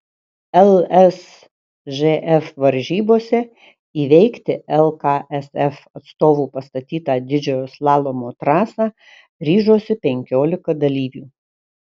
lsžf varžybose įveikti lksf atstovų pastatytą didžiojo slalomo trasą ryžosi penkiolika dalyvių